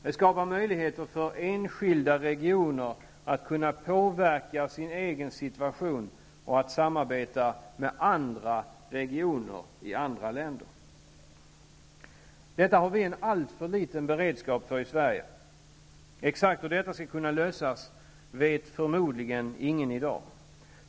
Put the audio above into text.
Den skapar möjligheter för enskilda regioner att påverka sin egen situation och att samarbeta med regioner i andra länder. Detta har vi en alltför liten beredskap för i Sverige. Exakt hur detta skall lösas vet förmodligen ingen i dag.